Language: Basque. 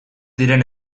diren